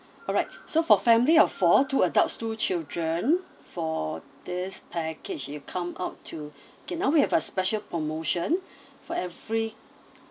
alright so for family of four two adults two children for this package you come out to K now we have a special promotion for every